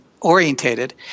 orientated